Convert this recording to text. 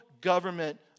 government